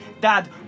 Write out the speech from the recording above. Dad